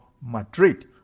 Madrid